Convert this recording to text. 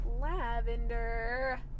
lavender